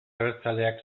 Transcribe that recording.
abertzaleak